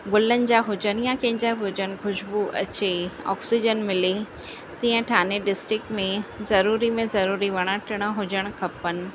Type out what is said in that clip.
गुलनि जा हुजनि या कंहिंजा बि हुजनि ख़ुशबू अचे ऑक्सीज़न मिले तीअं ठाणे डिस्ट्रिक्ट में ज़रूरी में ज़रूरी वण टिण हुजण खपनि